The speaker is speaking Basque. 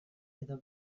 edo